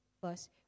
first